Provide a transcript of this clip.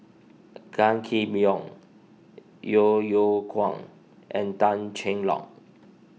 Gan Kim Yong Yeo Yeow Kwang and Tan Cheng Lock